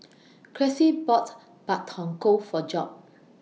Cressie bought Pak Thong Ko For Job